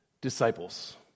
disciples